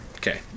Okay